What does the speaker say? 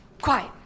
Quiet